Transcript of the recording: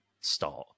start